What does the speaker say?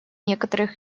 некоторых